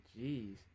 Jeez